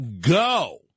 Go